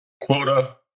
quota